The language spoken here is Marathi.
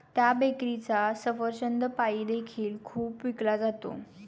त्या बेकरीचा सफरचंद पाई देखील खूप विकला जातो